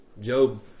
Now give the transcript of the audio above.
Job